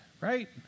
right